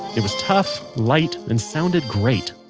it was tough, light and sounded great.